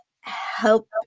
help